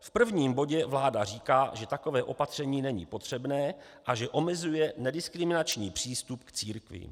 V prvním bodě vláda říká, že takové opatření není potřebné a že omezuje nediskriminační přístup k církvím.